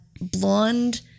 blonde